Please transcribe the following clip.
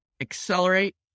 accelerate